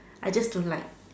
I just don't like